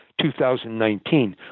2019